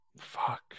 Fuck